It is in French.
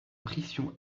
pression